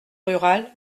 rural